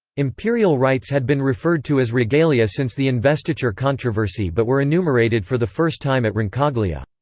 imperial rights had been referred to as regalia since the investiture controversy but were enumerated for the first time at roncaglia.